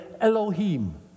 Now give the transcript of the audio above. Elohim